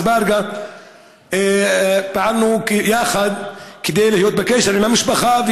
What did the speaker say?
אזברגה פעלנו יחד כדי להיות בקשר עם המשפחה,